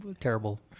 terrible